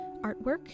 artwork